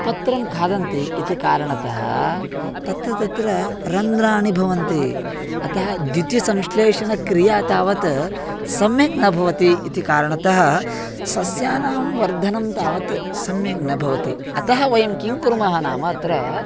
पत्रं खादन्ति इति कारणतः तत्र तत्र रन्ध्राणि भवन्ति अतः द्युतिसंश्लेषणक्रिया तावत् सम्यक् न भवति इति कारणतः सस्यानां वर्धनं तावत् सम्यक् न भवति अतः वयं किं कुर्मः नाम अत्र